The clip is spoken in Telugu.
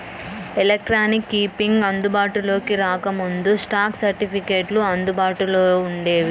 ఎలక్ట్రానిక్ కీపింగ్ అందుబాటులోకి రాకముందు, స్టాక్ సర్టిఫికెట్లు అందుబాటులో వుండేవి